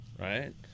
right